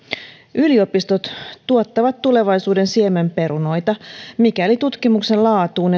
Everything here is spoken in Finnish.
yliopistot tuottavat tulevaisuuden siemenperunoita mikäli tutkimuksen laatuun